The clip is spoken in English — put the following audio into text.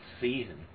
season